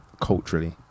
culturally